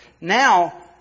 Now